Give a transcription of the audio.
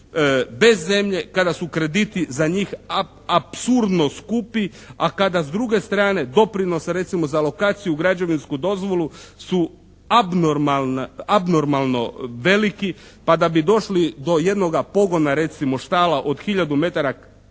bez zemlje kada su krediti za njih apsurdno skupi, a kada s druge strane doprinosa recimo za lokaciju, građevinsku dozvolu su abnormalno veliki. Pa da bi došli do jednoga pogona, recimo, štala od hiljadu metara kvadratnih,